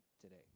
today